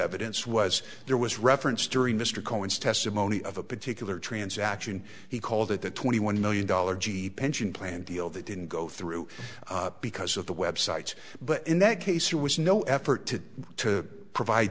evidence was there was reference during mr cohen's testimony of a particular transaction he called it the twenty one million dollars pension plan deal that didn't go through because of the website but in that case there was no effort to to provide